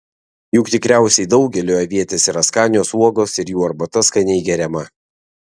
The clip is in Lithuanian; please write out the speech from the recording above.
juk tikriausiai daugeliui avietės yra skanios uogos ir jų arbata skaniai geriama